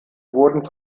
wurden